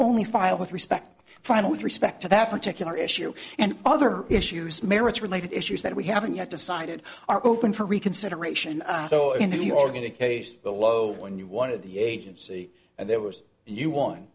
only filed with respect fine with respect to that particular issue and other issues merits related issues that we haven't yet decided are open for reconsideration though in the organ a case below when you wanted the agency and there was you on